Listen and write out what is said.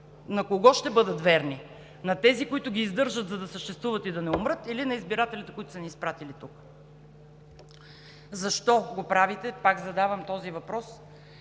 на кого ще бъдат верни?! На тези, които ги издържат, за да съществуват и да не умрат или на избирателите, които са ни изпратили тук?! Защо го правите? Пак задавам този въпрос